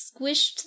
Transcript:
squished